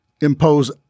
impose